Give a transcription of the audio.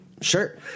sure